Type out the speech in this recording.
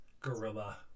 Gorilla